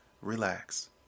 relax